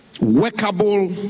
workable